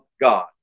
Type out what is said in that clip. God